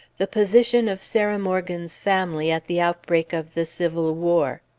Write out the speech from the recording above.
the position of sarah morgan's family at the outbreak of the civil war.